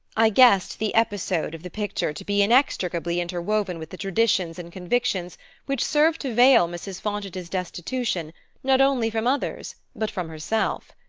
i guessed the episode of the picture to be inextricably interwoven with the traditions and convictions which served to veil mrs. fontage's destitution not only from others but from herself.